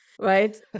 right